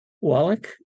Wallach